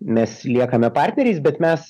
mes liekame partneriais bet mes